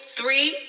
three